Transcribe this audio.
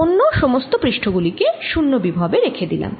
অন্য সমস্ত পৃষ্ঠ গুলি কে 0 বিভব এ রেখে দিলাম